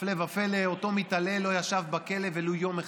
הפלא ופלא, אותו מתעלל לא ישב בכלא ולו יום אחד.